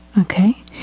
Okay